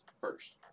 first